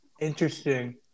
Interesting